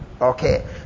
Okay